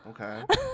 Okay